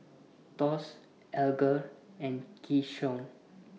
Thos Alger and Keyshawn